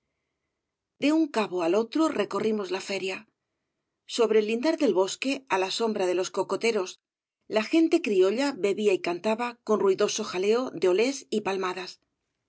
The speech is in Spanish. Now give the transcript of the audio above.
e un cabo al otro recorrimos la feria sobre el lindar del bosque á la sombra de los cocoteros la gente criolla bebía y cantaba con ruij doso jaleo de oles y palmadas